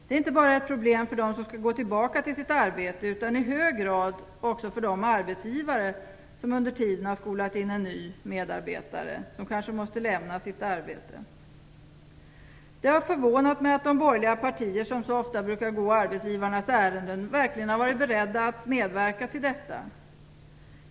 Det är inte bara ett problem för dem som skall gå tillbaka till sitt arbete utan i hög grad också för de arbetsgivare som under tiden har skolat in en ny medarbetare, som kanske måste lämna sitt arbete. Det har förvånat mig att de borgerliga partier som så ofta brukar gå arbetsgivarnas ärenden verkligen har varit beredda att medverka till detta.